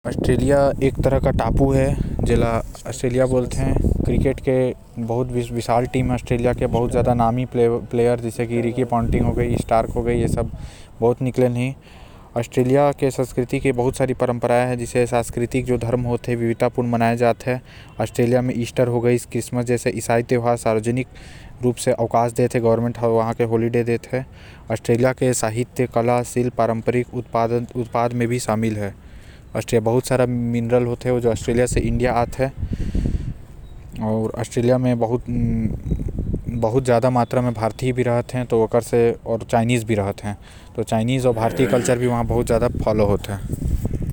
ऑस्ट्रेलिया एक प्रकार के टापू है जेल ल ऑस्ट्रेलिया कहते। आऊ साथ म ओकर क्रिकेट के टीम हैव जो बहुत नाम कमा लिहाज है| क्रिकेट म ओकर एको बैट्समैन हैव जेकर नाम मैक्सवेल हाव आऊ साथ म वहां के खावे के भी बहुत ज्यादा फेमस हैव आऊ नारियल पानी भी प्रमुख व्यंजन म आएल।